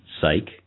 psych